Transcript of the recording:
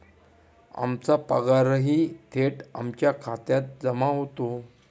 आमचा पगारही थेट आमच्या खात्यात जमा होतो